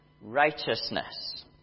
righteousness